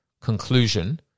conclusion